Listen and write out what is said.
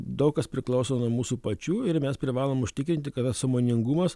daug kas priklauso nuo mūsų pačių ir mes privalom užtikrinti kad tas sąmoningumas